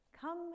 come